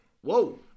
Whoa